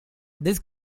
this